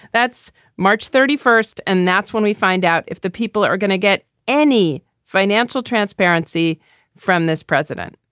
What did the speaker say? that's march thirty first. and that's when we find out if the people are going to get any financial transparency from this president.